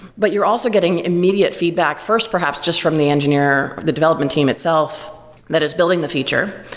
but you're also getting immediate feedback, first perhaps just from the engineer, the development team itself that is building the feature,